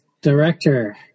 Director